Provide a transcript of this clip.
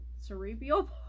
cerebral